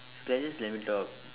can just let me talk